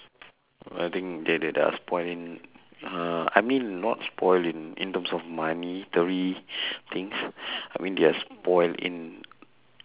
I think they they are spoilt in uh I mean not spoilt in in terms of monetary things I mean they are spoilt in